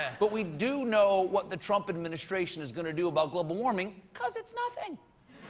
but we do know what the trump administration is going to do about global warming, because it's nothing.